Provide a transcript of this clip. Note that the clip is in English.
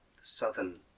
southern